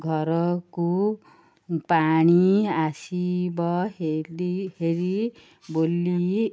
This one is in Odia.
ଘରକୁ ପାଣି ଆସିବ ହେ ହେରି ବୋଲି